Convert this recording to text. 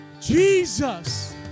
Jesus